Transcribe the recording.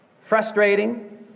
frustrating